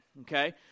okay